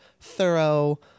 thorough